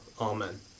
Amen